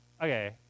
okay